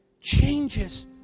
Changes